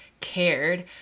cared